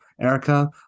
Erica